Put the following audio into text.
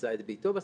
מצא את בתו בסוף.